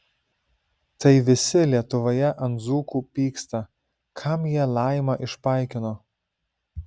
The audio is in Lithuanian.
tai visi lietuvoje ant dzūkų pyksta kam jie laimą išpaikino